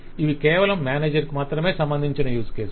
ఇవి కేవలం మేనేజర్ కు మాత్రమే సంబంధించిన యూజ్ కేసులు